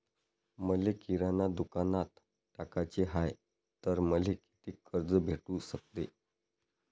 मले किराणा दुकानात टाकाचे हाय तर मले कितीक कर्ज भेटू सकते?